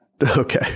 Okay